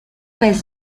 pez